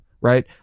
right